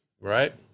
right